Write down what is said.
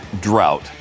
drought